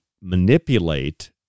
manipulate